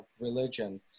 religion